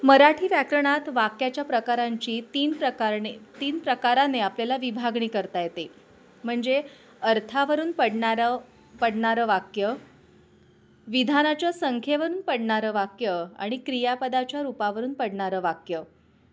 मराठी व्याकरणात वाक्याच्या प्रकारांची तीन प्रकारने तीन प्रकाराने आपल्याला विभागणी करता येते म्हणजे अर्थावरून पडणारं पडणारं वाक्य विधानाच्या संख्येवरून पडणारं वाक्य आणि क्रियापदाच्या रूपावरून पडणारं वाक्य